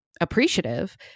appreciative